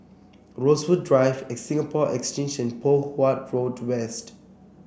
Rosewood Drive at Singapore Exchange and Poh Huat Road West